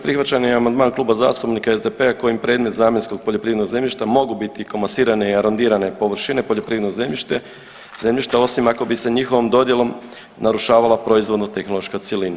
Prihvaćen je amandman Kluba zastupnika SDP-a kojim predmet zamjenskog poljoprivrednog zemljišta mogu biti komasirane i arondirane površine poljoprivrednog zemljišta, osim ako bi se njihovom dodjelom narušavala proizvodno-tehnološka cjelina.